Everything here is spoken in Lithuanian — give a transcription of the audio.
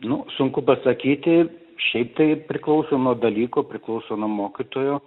nu sunku pasakyti šiaip tai priklauso nuo dalyko priklauso nuo mokytojų